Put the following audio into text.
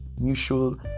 mutual